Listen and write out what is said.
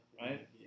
right